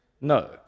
No